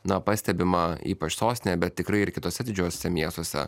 na pastebima ypač sostinėj bet tikrai ir kituose didžiuosiuose miestuose